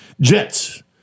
Jets